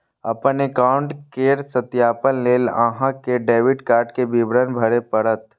अपन एकाउंट केर सत्यापन लेल अहां कें डेबिट कार्ड के विवरण भरय पड़त